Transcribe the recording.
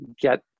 get